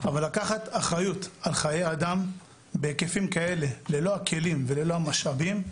אבל לקחת אחריות על חיי אדם בהיקפים כאלה ללא הכלים וללא המשאבים,